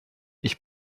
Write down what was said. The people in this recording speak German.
ich